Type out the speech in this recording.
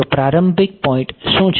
તો પ્રારંભિક પોઈન્ટ શું છે